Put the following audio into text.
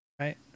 right